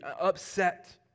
upset